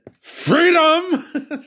Freedom